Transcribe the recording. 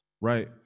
right